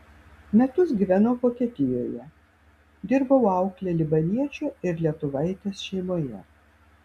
metus gyvenau vokietijoje dirbau aukle libaniečio ir lietuvaitės šeimoje